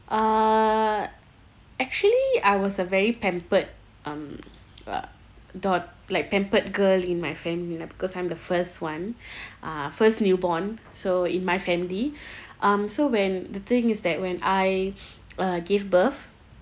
uh actually I was a very pampered um uh daug~ like pampered girl in my family lah because I'm the first [one] uh first newborn so in my family um so when the thing is that when I uh give birth